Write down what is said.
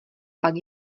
pak